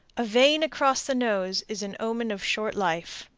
a vein across the nose is an omen of short life.